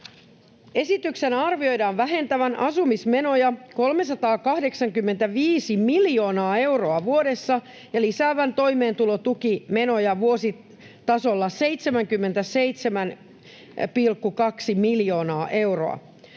Esityksen arvioidaan vähentävän asumismenoja 385 miljoonaa euroa vuodessa ja lisäävän toimeentulotukimenoja vuositasolla 77,2 miljoonaa euroa.